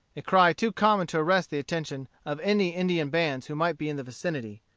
a cry too common to arrest the attention of any indian bands who might be in the vicinity.